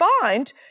find